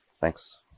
Thanks